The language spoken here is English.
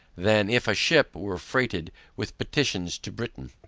than if a ship were freighted with petitions to britain.